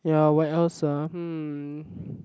ya where else ah hmm